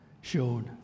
showed